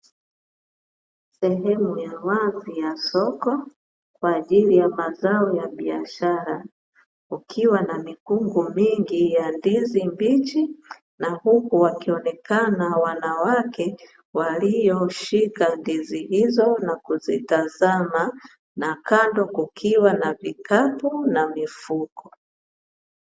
Eneo la wazi ya soko kwa ajili ya mazao ya biashara, kukiwa na mikungu mingi ya ndizi mbichi na huku wakionekana wanawake walioshika ndizi hizo na kuzitazama, na kando kukiwa na vikapu na mifuko.